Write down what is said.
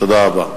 תודה רבה.